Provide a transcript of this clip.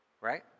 Right